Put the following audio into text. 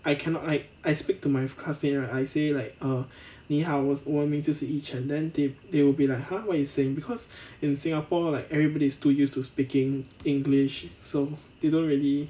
I cannot like I speak to my classmate right I say like err 你好我我名字是 yi chen then they they will be like !huh! what you saying because in singapore like everybody's too used to speaking english so they don't really